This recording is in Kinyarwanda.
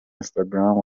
instagram